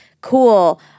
cool